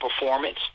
performance